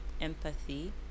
empathy